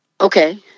Okay